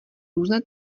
různé